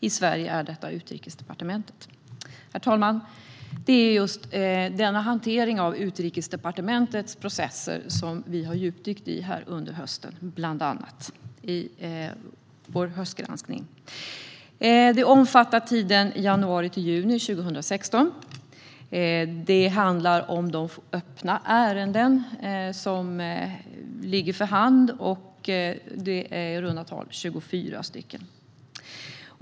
I Sverige är detta Utrikesdepartementet. Herr talman! Det är bland annat hanteringen av Utrikesdepartementets processer som vi i vår granskning har gjort en djupdykning i under hösten. Detta omfattar tiden januari till juni 2016, och det handlar om de öppna ärenden som föreligger, nämligen 24 stycken.